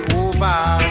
over